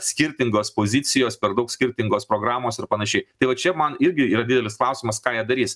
skirtingos pozicijos per daug skirtingos programos ir panašiai tai va čia man irgi yra didelis klausimas ką jie darys